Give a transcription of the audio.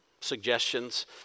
suggestions